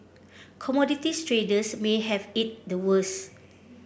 commodities traders may have it the worst